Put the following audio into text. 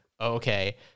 okay